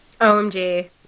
OMG